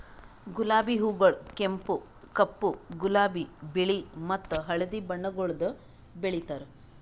ಗುಲಾಬಿ ಹೂಗೊಳ್ ಕೆಂಪು, ಕಪ್ಪು, ಗುಲಾಬಿ, ಬಿಳಿ ಮತ್ತ ಹಳದಿ ಬಣ್ಣಗೊಳ್ದಾಗ್ ಬೆಳೆತಾರ್